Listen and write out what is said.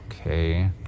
Okay